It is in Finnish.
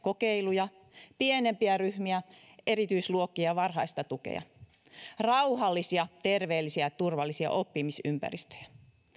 kokeiluja pienempiä ryhmiä erityisluokkia varhaista tukea ja rauhallisia terveellisiä ja turvallisia oppimisympäristöjä